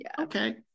Okay